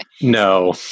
No